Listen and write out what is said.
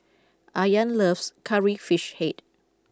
Ayaan loves Curry Fish Head